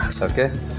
Okay